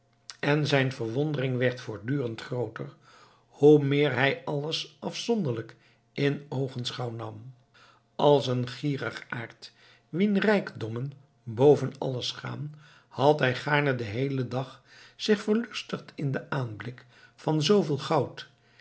en zijn verwondering werd voortdurend grooter hoe meer hij alles afzonderlijk in oogenschouw nam als een gierigaard wien rijkdommen boven alles gaan had hij gaarne den heelen dag zich verlustigd in den aanblik van zooveel goud